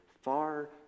far